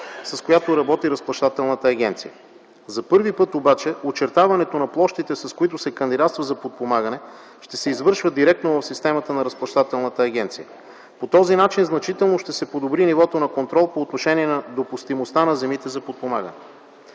агенция. За първи път обаче очертаването на площите, с които се кандидатства за подпомагане, ще се извършва директно в системата на Разплащателната агенция. По този начин значително ще се подобри нивото на контрол по отношение на допустимостта на земите за подпомагане.